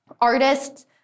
artists